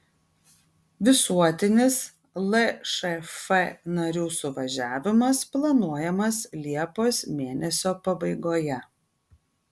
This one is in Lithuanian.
visuotinis lšf narių suvažiavimas planuojamas liepos mėnesio pabaigoje